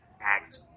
act